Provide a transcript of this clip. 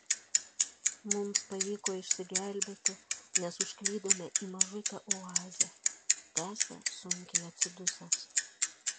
mums pavyko išsigelbėti nes užklydome į mažutę oazę tęsia sunkiai atsidusęs